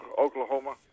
Oklahoma